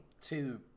two